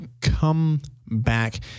comeback